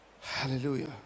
hallelujah